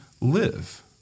live